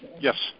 Yes